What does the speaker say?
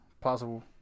possible